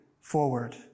forward